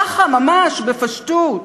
ככה, ממש בפשטות.